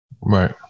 Right